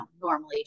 normally